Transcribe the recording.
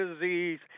disease